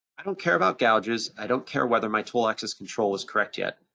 i don't care about gouges, i don't care whether my tool axis control is correct yet.